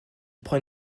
prend